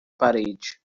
parede